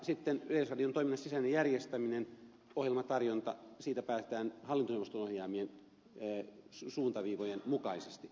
sitten yleisradion toiminnan sisäisestä järjestämisestä ohjelmatarjonnasta päätetään hallintoneuvoston ohjaamien suuntaviivojen mukaisesti